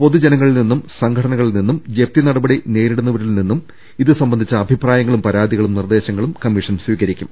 പൊതുജനങ്ങളിൽ നിന്നും സംഘടനകളിൽ നിന്നും ജപ്തി നടപടി നേരിടുന്നവരിൽ നിന്നും ഇത് സംബന്ധിച്ച അഭിപ്രായങ്ങളും പരാതികളും നിർദേശങ്ങളും കമ്മീഷൻ സ്വീകരിക്കും